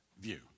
view